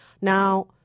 Now